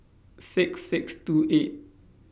six six two eight